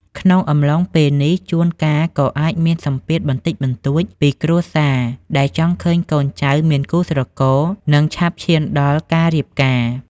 ក្នុងកំឡុងពេលនេះ ជួនកាលក៏អាចមានសម្ពាធបន្តិចបន្តួចពីគ្រួសារ ដែលចង់ឃើញកូនចៅមានគូស្រករ និងឆាប់ឈានដល់ការរៀបការ។